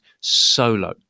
solo